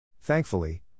Thankfully